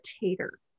tater